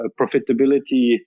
profitability